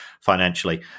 financially